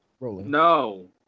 No